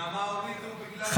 את נעמה הורידו --- אדוני היושב-ראש,